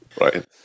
Right